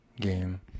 game